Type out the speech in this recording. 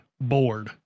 bored